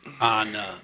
on